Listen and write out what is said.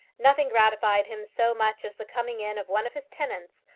nothing gratified him so much as the coming in of one of his tenants,